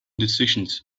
decisions